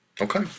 Okay